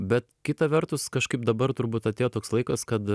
bet kita vertus kažkaip dabar turbūt atėjo toks laikas kad